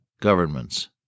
governments